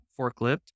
forklift